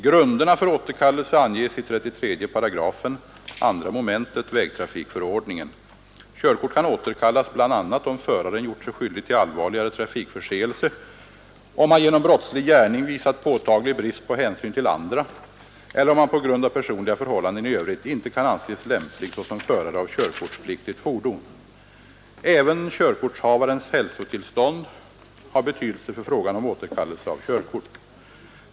Grunderna för återkallelse anges i 33 § 2 mom. vägtrafikförordningen. Körkort kan återkallas bl.a. om föraren gjort sig skyldig till allvarligare trafikförseelse, om han genom brottslig gärning visat påtaglig brist på hänsyn till andra eller om han på grund av personliga förhållanden i övrigt inte kan anses lämplig såsom förare av körkortspliktigt fordon. Även körkortshavarens hälsotillstånd har betydelse för frågan om återkallelse av körkort.